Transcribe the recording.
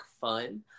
fun